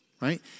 right